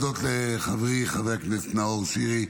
להודות לחברי חבר הכנסת נאור שירי,